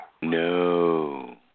No